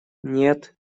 нет